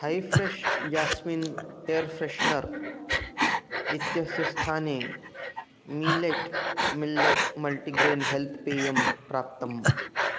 है fresh jasmine air freshener इत्यस्य स्थाने millet millet multigrain health पेयं प्राप्तम्